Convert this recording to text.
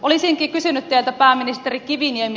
olisinkin kysynyt teiltä pääministeri kiviniemi